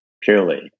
purely